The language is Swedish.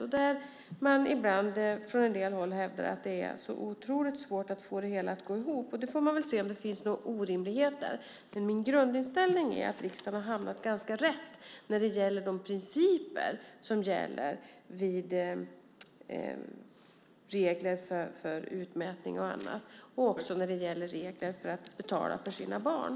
Ibland hävdar man från en del håll att det är otroligt svårt att få det hela att gå ihop. Då får man väl se om det finns några orimligheter, men min grundinställning är att riksdagen har hamnat ganska rätt när det gäller de principer som gäller regler för utmätning och annat och också när det gäller regler för att betala för sina barn.